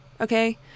Okay